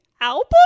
album